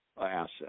asset